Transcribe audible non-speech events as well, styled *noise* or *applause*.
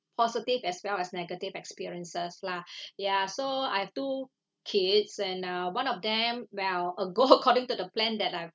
positive as well as negative experiences lah *breath* ya so I have two kids and uh one of them well uh go according to the plan that I